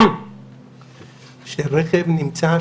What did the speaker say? שרכב נמצא,